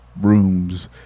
rooms